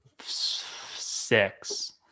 six